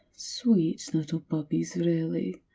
sweet little puppies, really.